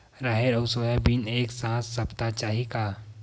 राहेर अउ सोयाबीन एक साथ सप्ता चाही का?